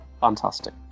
Fantastic